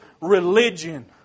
religion